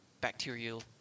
bacterial